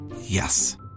Yes